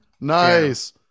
nice